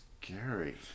scary